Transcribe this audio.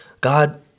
God